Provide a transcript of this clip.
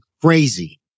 crazy